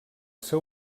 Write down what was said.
seu